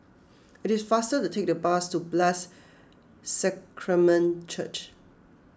it is faster to take the bus to Blessed Sacrament Church